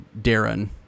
Darren